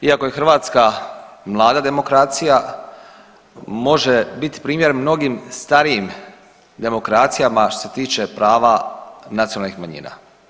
Iako je Hrvatska mlada demokracija može biti primjer mnogim starijim demokracijama što se tiče prava nacionalnih manjina.